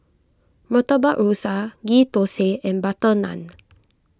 Murtabak Rusa Ghee Thosai and Butter Naan